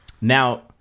Now